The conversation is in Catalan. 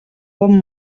bon